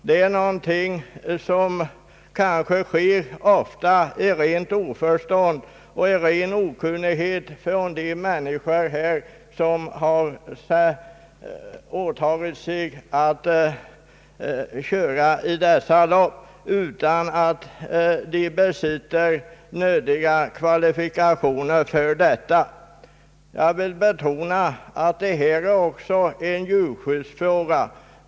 Det är någonting som kanske ofta sker av rent oförstånd och av ren okunnighet — de människor som har åtagit sig att köra i dessa lopp besitter inte nödiga kvalifikationer härför. Jag vill betona att detta också är en djurskyddsfråga.